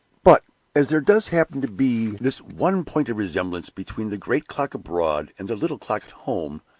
but as there does happen to be this one point of resemblance between the great clock abroad and the little clock at home,